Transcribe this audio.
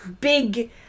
big